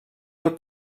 del